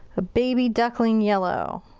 a baby duckling yellow.